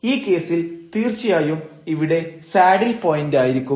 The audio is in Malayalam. ഈ കേസിൽ തീർച്ചയായും ഇവിടെ സാഡിൽ പോയന്റായിരിക്കും